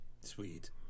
Sweet